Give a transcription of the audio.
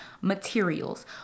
materials